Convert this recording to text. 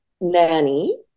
nanny